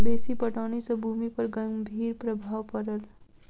बेसी पटौनी सॅ भूमि पर गंभीर प्रभाव पड़ल